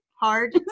hard